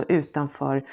utanför